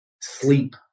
sleep